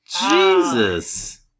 Jesus